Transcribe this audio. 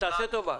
הם אמרו,